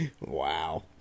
Wow